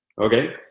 okay